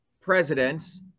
presidents